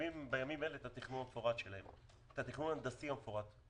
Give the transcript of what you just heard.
משלימים בימים אלה את התכנון ההנדסי המפורט שלהם.